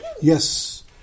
Yes